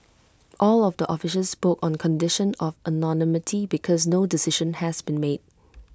all of the officials spoke on condition of anonymity because no decision has been made